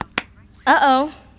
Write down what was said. Uh-oh